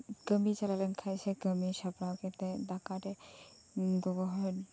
ᱠᱟᱹᱢᱤ ᱪᱟᱞᱟᱣ ᱞᱮᱱ ᱠᱷᱟᱡ ᱥᱮ ᱠᱟᱹᱢᱤ ᱥᱟᱯᱲᱟᱣ ᱠᱟᱛᱮᱫ ᱫᱟᱠᱟ ᱨᱮ ᱜᱚᱜᱚ ᱦᱚᱲ